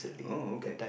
oh okay